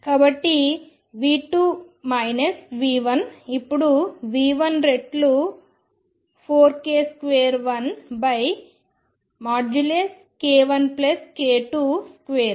కాబట్టి v2 v1 ఇప్పుడు v1 రెట్లు 4k12 k1k22